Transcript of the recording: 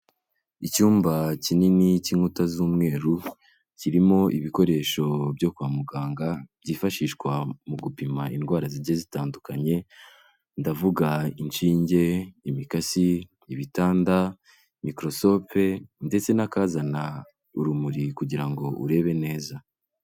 Icyumba kinini cy'inkuta z'umweru, kirimo ibikoresho byo kwa muganga, byifashishwa mu gupima indwara zigiye zitandukanye, ndavuga inshinge, imikasi, ibitanda, mikorosope ndetse n'akazana urumuri kugira ngo urebe neza.